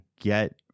get